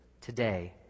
today